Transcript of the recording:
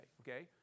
okay